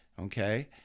okay